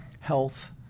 health